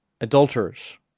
adulterers